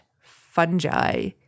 fungi